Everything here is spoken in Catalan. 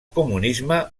comunisme